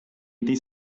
été